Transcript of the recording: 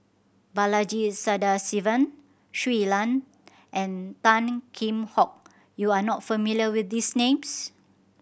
Balaji Sadasivan Shui Lan and Tan Kheam Hock you are not familiar with these names